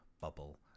bubble